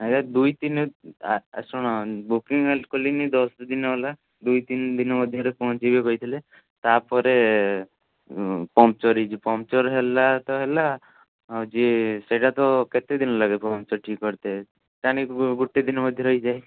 ଆଜ୍ଞା ଦୁଇ ତିନି ଶୁଣ ବୁକିଂ କଲିଣି ଦଶଦିନ ହେଲା ଦୁଇ ତିନ ଦିନ ମଧ୍ୟରେ ପହଞ୍ଚିଯିବ କହିଥିଲେ ତାପରେ ପଙ୍କଚର୍ ହେଇଛି ପଙ୍କଚର୍ ହେଲା ତ ହେଲା ଆଉ ଯିଏ ସେଇଟା ତ କେତେ ଦିନ ଲାଗେ ପଙ୍କଚର୍ ଠିକ୍ କରିତେ ତାନି ଗୋଟେ ଦିନ ମଧ୍ୟରେ ହେଇଯାଏ